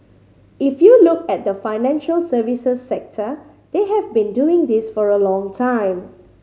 if you look at the financial services sector they have been doing this for a long time